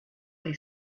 they